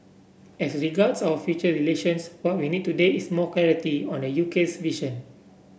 as regards our future relations what we need today is more clarity on the UK's vision